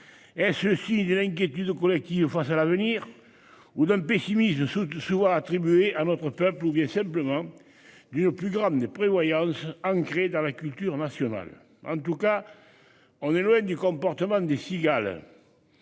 Et ceux-ci de l'inquiétude collective face à l'avenir ou d'un pessimiste de se de se voir attribuer à notre peuple ou bien simplement dû au plus grave n'prévoyance ancré dans la culture nationale. En tout cas. On est loin du comportement des cigales.